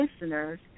listeners